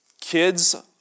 kids